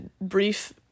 Brief